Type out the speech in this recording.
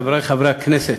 חברי חברי הכנסת,